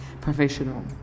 professional